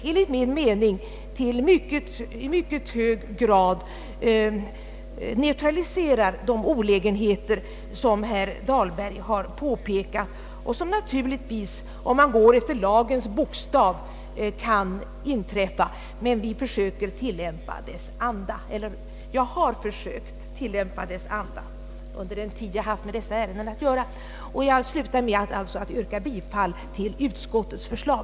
Enligt min uppfattning neutraliserar de i mycket hög grad de olägenheter, som herr Dahlberg har påpekat, och som naturligtvis kan inträffa om lagen tillämpas efter sin bokstav. Jag har emellertid försökt tillämpa dess anda under den tid jag haft med dessa ärenden att göra. Jag slutar alltså med att yrka bifall till utskottets förslag.